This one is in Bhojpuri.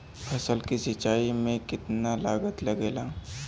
फसल की सिंचाई में कितना लागत लागेला?